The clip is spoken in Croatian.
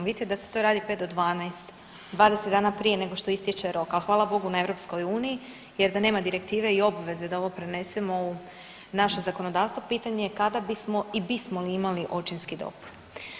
Vidite da se to radi 5 do 12, 20 dana prije nego što ističe rok, ali hvala Bogu na EU jer da nema direktive i obveze da ovo prenesemo u naše zakonodavstvo pitanje je kada bismo i bismo li imali očinski dopust.